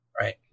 Right